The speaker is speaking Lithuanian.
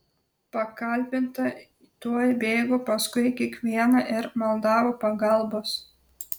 pakalbinta tuoj bėgo paskui kiekvieną ir maldavo pagalbos